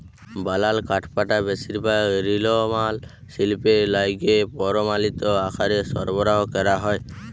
বলাল কাঠপাটা বেশিরভাগ লিরমাল শিল্পে লাইগে পরমালিত আকারে সরবরাহ ক্যরা হ্যয়